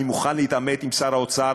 אני מוכן להתעמת עם שר האוצר,